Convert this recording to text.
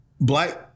black